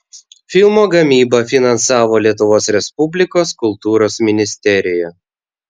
filmo gamybą finansavo lietuvos respublikos kultūros ministerija